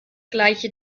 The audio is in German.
gleiche